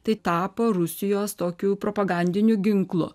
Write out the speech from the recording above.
tai tapo rusijos tokiu propagandiniu ginklu